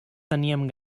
teníem